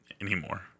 anymore